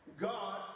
God